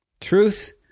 Truth